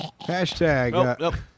Hashtag